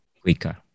quicker